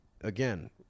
again